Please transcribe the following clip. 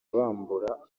bambura